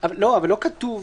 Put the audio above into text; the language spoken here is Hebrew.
כתוב